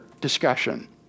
discussion